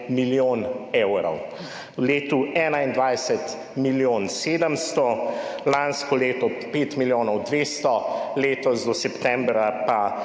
milijon evrov, v letu 2021 milijon 700, lansko leto 5 milijonov 200, letos do septembra pa